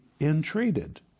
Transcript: entreated